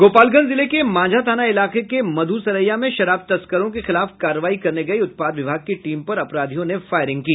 गोपालगंज जिले के मांझा थाना इलाके के मधुसरैया में शराब तस्करों के खिलाफ कार्रवाई करने गयी उत्पाद विभाग की टीम पर अपराधियों ने फायरिंग की